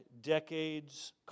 decades